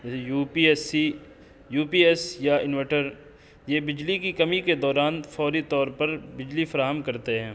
you P S سی U P S یا inverter یہ بجلی کی کمی کے دوران فوری طور پر بجلی فراہم کرتے ہیں